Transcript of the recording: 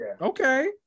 Okay